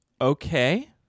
Okay